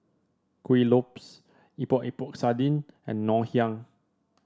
Kuih Lopes Epok Epok Sardin and Ngoh Hiang